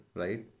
right